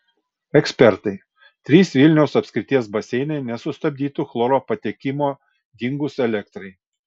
ekspertai trys vilniaus apskrities baseinai nesustabdytų chloro patekimo dingus elektrai